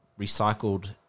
recycled